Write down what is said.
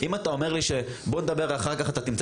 אם אתה אומר לי שנדבר אחר כך ואתה תמצא